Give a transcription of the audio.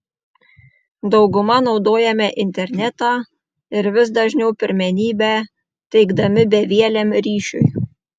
dauguma naudojame internetą ir vis dažniau pirmenybę teikdami bevieliam ryšiui